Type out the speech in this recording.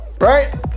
Right